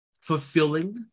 fulfilling